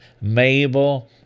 Mabel